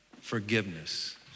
forgiveness